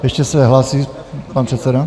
Ještě se hlásí pan předseda?